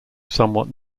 somewhat